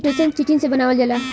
chitosan, chitin से बनावल जाला